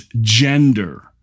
gender